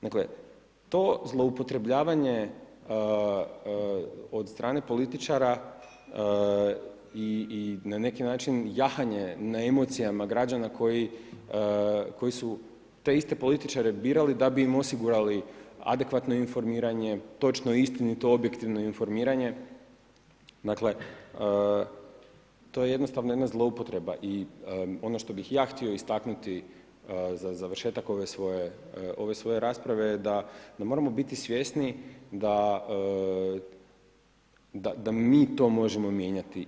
Dakle, to zloupotrebljavanje od strane političara i na neki način, jahanje na emocijama građana koji su te iste političare birali da bi im osigurali adekvatno informiranje, točno, istinito i objektivno informiranje, dakle, to je jednostavno jedna zloupotreba i ono što bih ja htio istaknuti za završetak ove svoje rasprave je da moramo biti svjesni da mi to možemo mijenjati.